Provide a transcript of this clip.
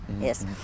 Yes